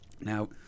Now